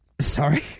Sorry